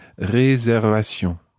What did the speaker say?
Réservation